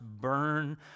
burn